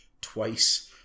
twice